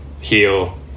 heal